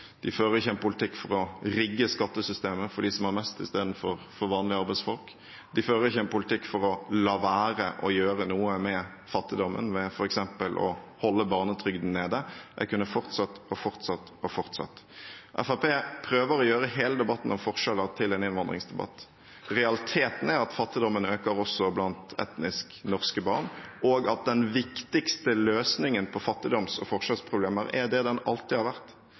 De ville ikke ført en politikk for å rigge skattesystemet for dem som har mest i stedet for vanlige arbeidsfolk. De ville ikke ført en politikk for å la være å gjøre noe med fattigdommen ved f.eks. å holde barnetrygden nede. Jeg kunne fortsatt. Fremskrittspartiet prøver å gjøre hele debatten om forskjeller til en innvandringsdebatt. Realiteten er at fattigdommen øker også blant etnisk norske barn, og den viktigste løsningen på fattigdoms- og forskjellsproblemer er, som det alltid har vært,